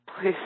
please